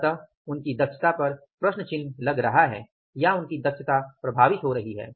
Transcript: अतः उनकी दक्षता पर प्रश्न चिन्ह लग रहा है या उनकी दक्षता प्रभावित हो रही है